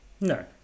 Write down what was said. No